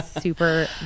super